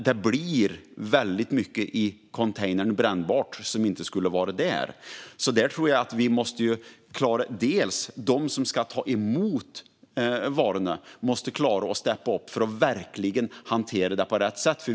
Det är mycket brännbart som hamnar i containern men som inte ska vara där. De som tar emot varorna måste "steppa upp" för att verkligen hantera dem på rätt sätt.